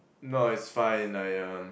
no it's fine I um